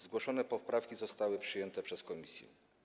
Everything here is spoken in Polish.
Zgłoszone poprawki zostały przyjęte przez komisję.